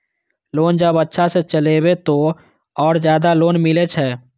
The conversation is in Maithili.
लोन जब अच्छा से चलेबे तो और ज्यादा लोन मिले छै?